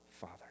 Father